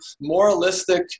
moralistic